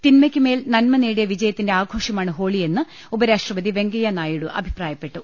തിന്മയ്ക്കുമേൽ ന്ന്മ നേടിയ വിജയ ത്തിന്റെ ആഘോഷമാണ് ഹോളിയെന്ന് ഉപരാഷ്ട്രപതി വെങ്കയ്യ നായിഡു അഭിപ്രായപ്പെട്ടു